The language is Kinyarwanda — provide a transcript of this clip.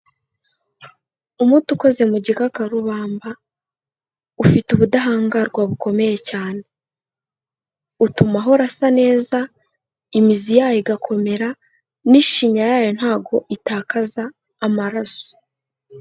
Umuti ukoze mu gikakarubamba, ufite ubudahangarwa bukomeye cyane, utuma ahora asa neza, imizi yayo igakomera n'ishinya yayo ntago itakaza amaraso.